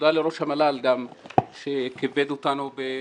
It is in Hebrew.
תודה לראש המל"ל שכיבד אותנו בנוכחותו.